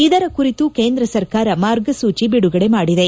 ಇದರ ಕುರಿತು ಕೇಂದ್ರ ಸರ್ಕಾರ ಮಾರ್ಗಸೂಚಿ ಬಿಡುಗಡೆ ಮಾಡಿದೆ